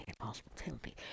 hospitality